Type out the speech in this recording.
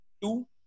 two